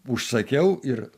užsakiau ir